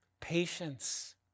Patience